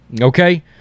Okay